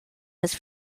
was